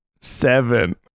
Seven